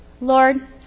Lord